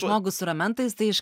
žmogus su ramentais tai iš